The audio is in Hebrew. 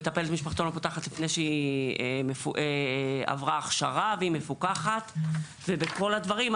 מטפלת משפחתון לא פותחת לפני שהיא עברה הכשרה והיא מפוקחת ובכל הדברים.